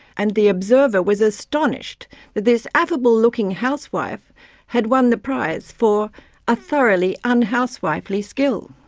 and the observer was astonished that this affable-looking housewife had won the prize for a thoroughly un-housewifely skill.